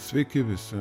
sveiki visi